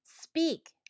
Speak